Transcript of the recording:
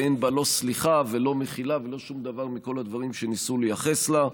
ואין בה לא סליחה ולא מחילה ולא שום דבר מכל הדברים שניסו לייחס לה.